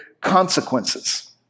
consequences